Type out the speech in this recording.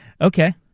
Okay